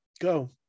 go